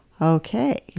Okay